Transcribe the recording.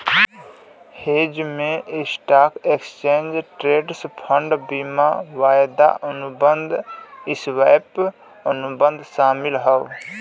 hedge में stock, exchange traded fund, बीमा, वायदा अनुबंध, स्वैप, अनुबंध शामिल हौ